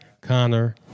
Connor